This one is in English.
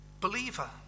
believer